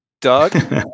Doug